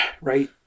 Right